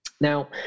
Now